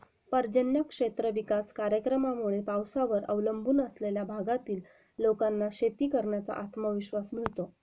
पर्जन्य क्षेत्र विकास कार्यक्रमामुळे पावसावर अवलंबून असलेल्या भागातील लोकांना शेती करण्याचा आत्मविश्वास मिळतो